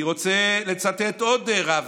אני רוצה לצטט עוד רב,